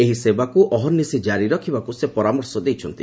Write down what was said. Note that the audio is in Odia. ଏହି ସେବାକୃ ଅହର୍ନିଶି କାରି ରଖିବାକୃ ସେ ପରାମର୍ଶ ଦେଇଛନ୍ତି